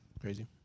Crazy